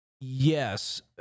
Yes